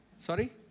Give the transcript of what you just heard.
Sorry